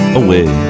away